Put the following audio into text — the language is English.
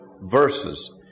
verses